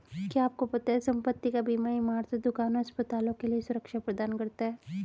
क्या आपको पता है संपत्ति का बीमा इमारतों, दुकानों, अस्पतालों के लिए सुरक्षा प्रदान करता है?